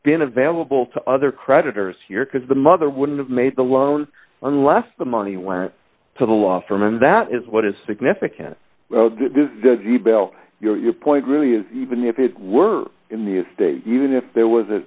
been available to other creditors here because the mother wouldn't have made the loan unless the money went to the law firm and that is what is significant your point really is even if it were in the estate even if there was